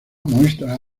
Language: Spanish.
muestra